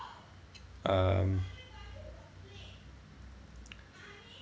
um